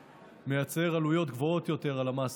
ומייצר עלויות גבוהות יותר על המעסיקים.